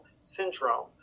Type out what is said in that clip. syndrome